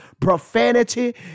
Profanity